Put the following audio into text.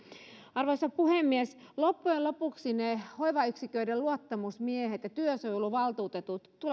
arvoisa puhemies loppujen lopuksi ne hoivayksiköiden luottamusmiehet ja työsuojeluvaltuutetut tulevat